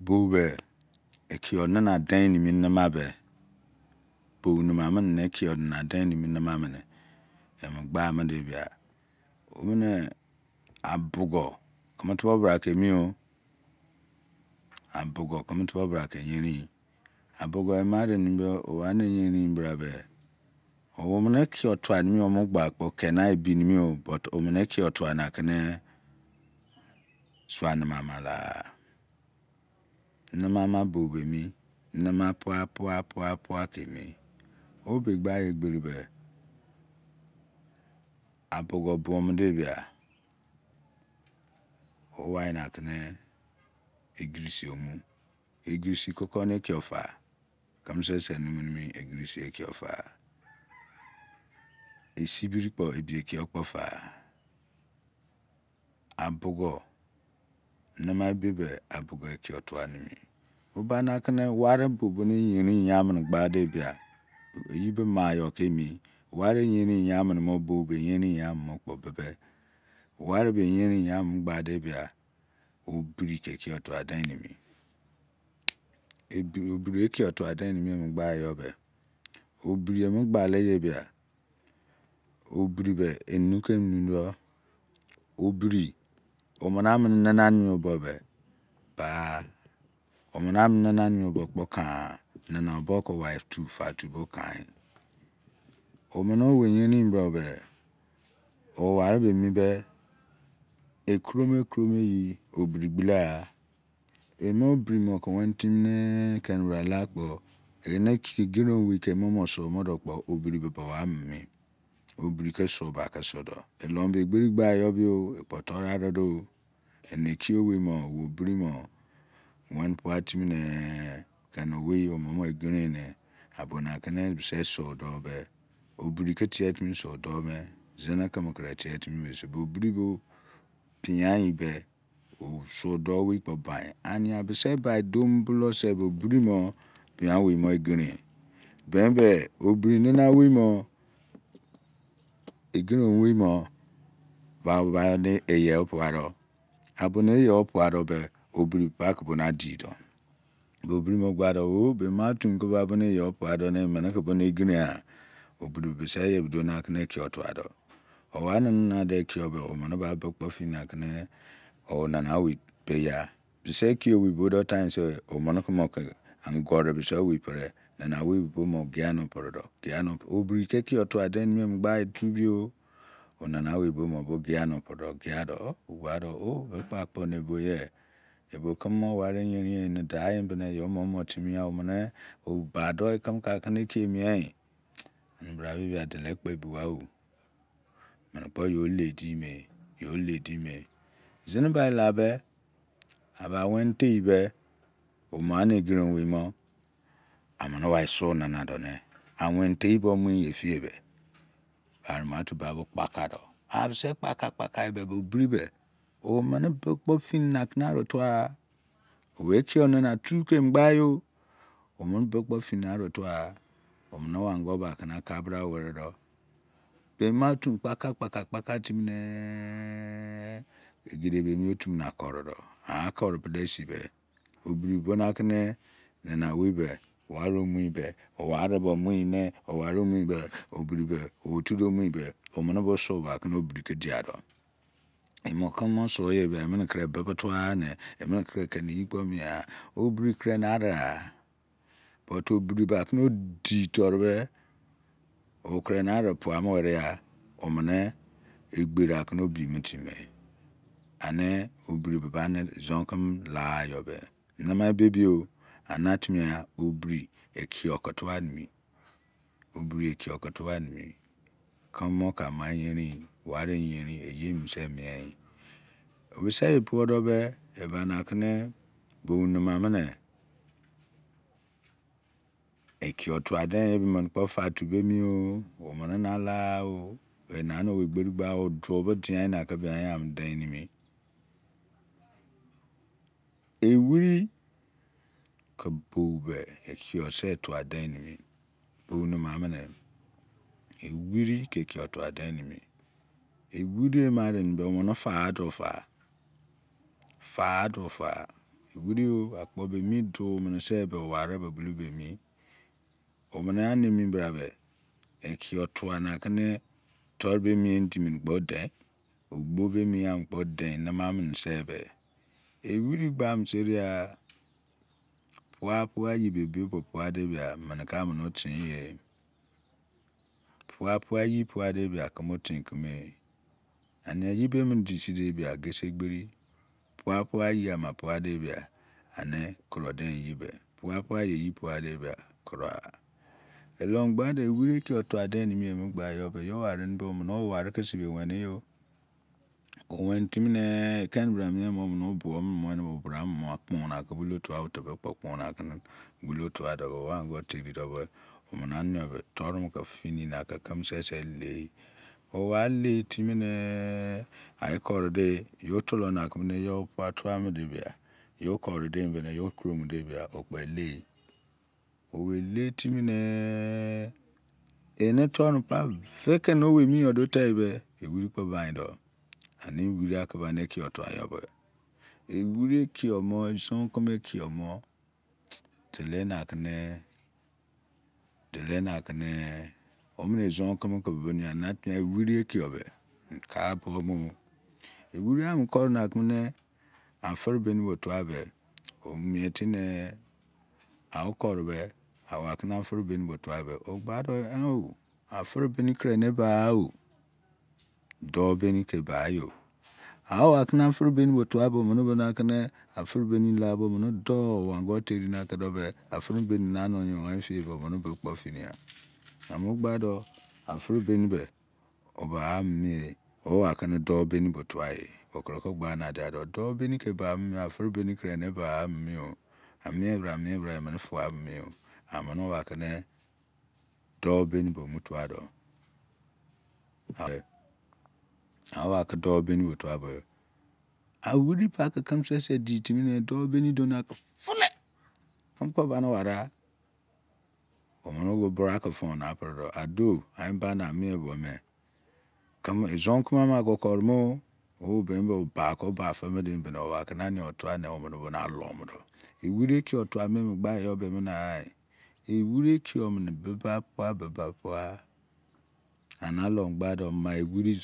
Bobe ikio nana den ni hamanbe ne emu gba mene aboku la em eutulopa kemien obuko kementubo brake yinrui omene, ikilo tuamegbakpou kere kekeri meo but omene ikio tua zini naman evivnen/ami naman mama bobe emi nma pua pua ke emi ebe gba egberi men oboula ukrusi koko ne ikio fara kemeze nimine ikio faa isibiri kpou ebikio kpou faa ware me yin yan mumu gba obiri ke ikio tuadenimi obirikio tuademi emu gba ror be your bale dese obene onana ne bekpo taaran omene oyinnui mon bramen ikuro man ikuron ye obiri gboloaa imon obiri mon ke wenetimi ume ogirui wei tae imon mon suodoukpo obiri bouaa inna egberigba yor be obiri man ken mu igede ogirin meneu oburi nana wai mon obiri ogiren wai mon iyeke pade obiri bou disui yan ogbane o emene ko ikpudu manbo ogiren wai padou omene ba ba beri kpou nena wai paiya obiri bou gia bou nena wen predee ubugiade imene dou yirin omene ba kobo ba eke akpotu katuade maniuge tubu tapakpa suo de omene ba kenme mon suo mene gba bebe kpou tua obo obiri mon muenne obiri rapa kunu turu the odi obiri bebe kpou fia iweri ke bou nana bou ekiowaten iwuru sua dou kpo faa omere anabra omeme ikio tua ke biri ogbo numama kpo den emi an dugbo nanama bou se kpo u iwiri